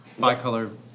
bicolor